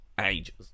ages